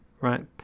right